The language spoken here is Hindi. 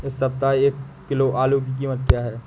इस सप्ताह एक किलो आलू की कीमत क्या है?